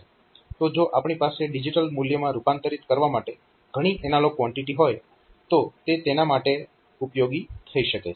તો જો આપણી પાસે ડિજીટલ મૂલ્યમાં રૂપાંતરીત કરવા માટે ઘણી એનાલોગ કવાન્ટીટી હોય તો તે તેના માટે ઉપયોગી થઈ શકે છે